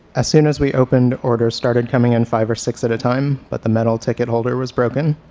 as soon as we opened, orders started coming in five or six at a time, but the metal ticket holder was broken.